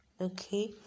okay